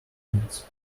weeks